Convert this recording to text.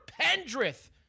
Pendrith